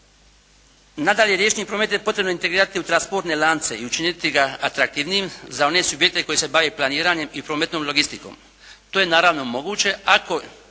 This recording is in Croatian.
Nadalje, riječni promet je potrebno integrirati u transportne lance i učiniti ga atraktivnijim za one subjekte koji se bave planiranjem i prometnom logistikom. To je naravno moguće, ako